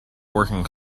working